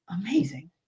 Amazing